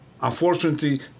Unfortunately